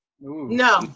No